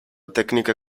tecniche